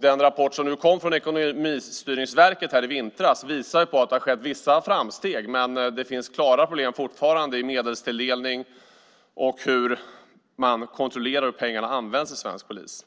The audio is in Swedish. Den rapport som kom från Ekonomistyrningsverket i vintras visar på att det har gjorts vissa framsteg, men att det fortfarande finns klara problem när det gäller medelstilldelning och hur man kontrollerar hur pengarna används i svensk polis.